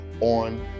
on